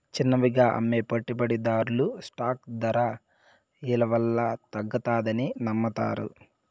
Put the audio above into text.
చిన్నవిగా అమ్మే పెట్టుబడిదార్లు స్టాక్ దర ఇలవల్ల తగ్గతాదని నమ్మతారు